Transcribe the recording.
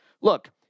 Look